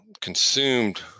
consumed